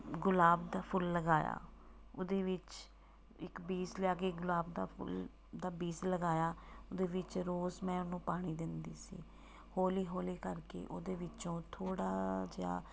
ਗੁਲਾਬ ਦਾ ਫੁੱਲ ਲਗਾਇਆ ਉਹਦੇ ਵਿੱਚ ਇੱਕ ਬੀਜ਼ ਲਿਆ ਕੇ ਗੁਲਾਬ ਦਾ ਫੁੱਲ ਦਾ ਬੀਜ਼ ਲਗਾਇਆ ਉਹਦੇ ਵਿੱਚ ਰੋਜ਼ ਮੈਂ ਉਹਨੂੰ ਪਾਣੀ ਦਿੰਦੀ ਸੀ ਹੌਲੀ ਹੌਲੀ ਕਰਕੇ ਉਹਦੇ ਵਿੱਚੋਂ ਥੋੜ੍ਹਾ ਜਿਹਾ